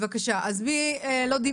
יש מי שעדיין לא דיבר,